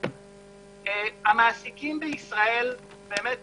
המעסיקים בישראל, אני באמת